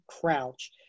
crouch